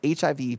HIV